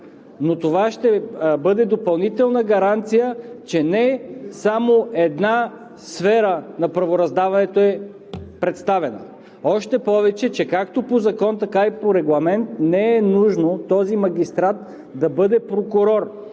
но това ще бъде допълнителна гаранция, че не само една сфера на правораздаването е представена, още повече че както по закон, така и по регламент не е нужно този магистрат да бъде прокурор.